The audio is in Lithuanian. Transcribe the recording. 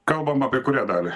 kalbam apie kurią dalį